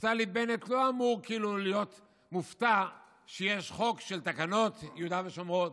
נפתלי בנט לא אמור להיות מופתע שיש חוק של תקנות יהודה ושומרון,